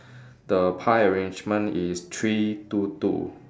the pie arrangement is three two two